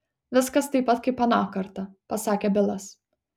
viskas taip pat kaip aną kartą pasakė bilas